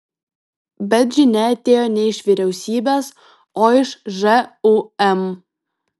bet žinia atėjo ne iš vyriausybės o iš žūm